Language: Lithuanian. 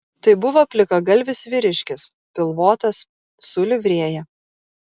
tai buvo plikagalvis vyriškis pilvotas su livrėja